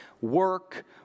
work